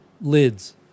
lids